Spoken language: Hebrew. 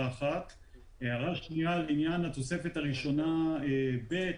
הערה שנייה היא לעניין התוספת הראשונה ב'.